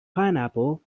pineapple